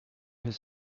his